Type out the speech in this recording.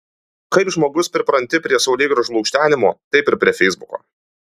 kaip žmogus pripranti prie saulėgrąžų lukštenimo taip ir prie feisbuko